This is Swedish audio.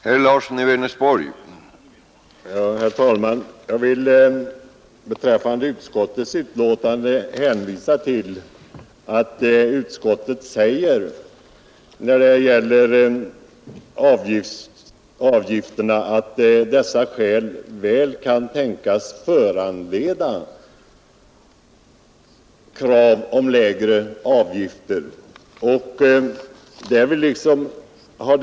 Herr talman! Utskottet säger i betänkandet att ett genomförande av en avgiftsdifferentiering av dessa skäl väl kan tänkas föranleda krav om lägre avgifter i tättbefolkade områden.